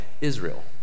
Israel